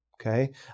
Okay